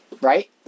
right